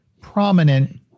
prominent